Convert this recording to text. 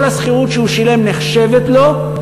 כל השכירות שהוא שילם נחשבת לו,